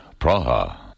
Praha